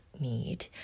need